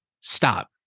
stop